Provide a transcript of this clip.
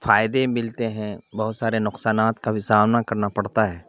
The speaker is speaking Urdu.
فائدے ملتے ہیں بہت سارے نقصانات کا بھی سامنا کرنا پڑتا ہے